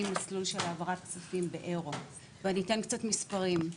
מסלול של העברת כספים באירו ואני אתן קצת מספרים.